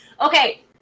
Okay